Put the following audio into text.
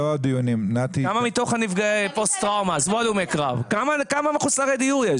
כמה מתוך נפגעי פוסט-טראומה עזבו הלומי-קרב כמה מחוסרי דיור יש?